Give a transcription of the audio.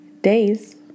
days